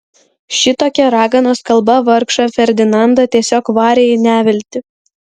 šitokia raganos kalba vargšą ferdinandą tiesiog varė į neviltį